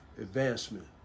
advancement